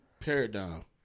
Paradigm